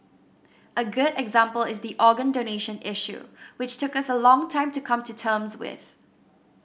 a good example is the organ donation issue which took us a long time to come to terms with